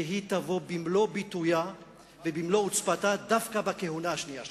שהיא תבוא במלוא ביטויה ובמלוא עוצמתה דווקא בכהונה השנייה שלך.